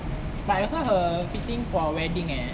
but just now her fitting for wedding eh